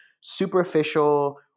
superficial